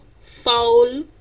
foul